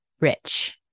rich